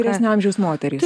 vyresnio amžiaus moterys